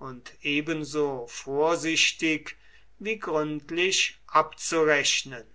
und ebenso vorsichtig wie gründlich abzurechnen